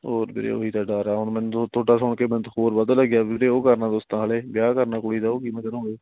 ਹੋਰ ਵੀਰੇ ਉਹ ਹੀ ਤਾਂ ਡਰ ਆ ਹੁਣ ਮੈਨੂੰ ਤੁਹਾਡਾ ਸੁਣ ਕੇ ਮੈਨੂੰ ਤਾਂ ਹੋਰ ਬਦਲ ਗਿਆ ਵੀਰੇ ਉਹ ਕਰਨਾ ਤੁਸੀਂ ਤਾਂ ਨਾਲੇ ਵਿਆਹ ਕਰਨਾ ਕੁੜੀ ਦਾ ਉਹ ਕਿਵੇਂ ਕਰੋਗੇ